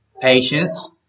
patience